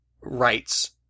rights